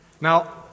Now